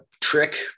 trick